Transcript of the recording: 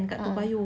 a'ah